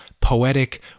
poetic